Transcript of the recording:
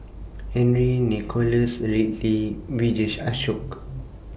Henry Nicholas Ridley Vijesh Ashok